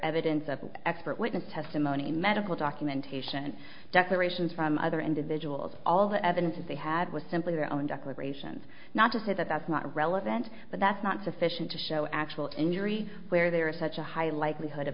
evidence of expert witness testimony medical documentation declarations from other individuals all the evidence that they had was simply their own declarations not to say that that's not relevant but that's not sufficient to show actual injury where there is such a high likelihood of